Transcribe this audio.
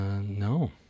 No